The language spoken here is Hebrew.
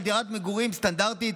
על דירת מגורים סטנדרטית,